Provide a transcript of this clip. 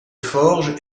forges